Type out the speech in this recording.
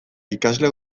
ikasle